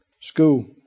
school